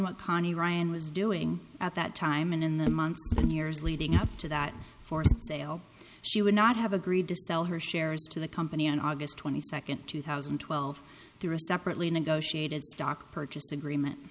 what conny ryan was doing at that time and in the months leading up to that sale she would not have agreed to sell her shares to the company on august twenty second two thousand and twelve through a separately negotiated stock purchase agreement